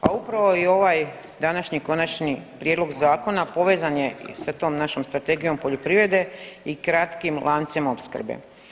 Pa upravo i ovaj današnji konačni prijedlog zakona povezan je sa tom našom Strategijom poljoprivrede i kratkim lancima opskrbe.